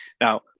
Now